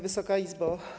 Wysoka Izbo!